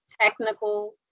technical